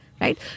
Right